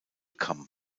come